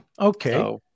Okay